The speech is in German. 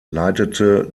leitete